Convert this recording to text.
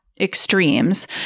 extremes